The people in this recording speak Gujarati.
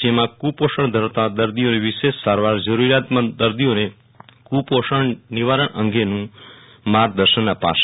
જેમાં કુપોષણ ધરાવતા દર્દીઓની વિશેષ સારવાર જરૂરિયાતમંદ દર્દીઓને કુપોષણ નિવારણ અંગેનું માર્ગદર્શન અપાશે